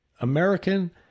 American